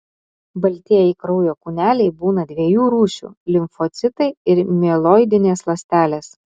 baltieji kraujo kūneliai būna dviejų rūšių limfocitai ir mieloidinės ląstelės